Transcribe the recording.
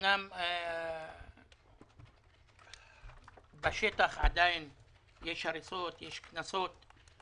אמנם בשטח עדיין יש הריסות, יש קנסות.